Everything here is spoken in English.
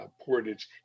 Portage